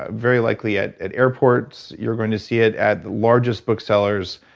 ah very likely, at at airports. you're going to see it at the largest book sellers,